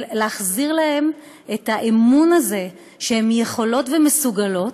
להחזיר להן את האמון הזה שהן יכולות ומסוגלות,